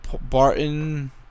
Barton